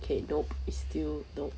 K nope is still dope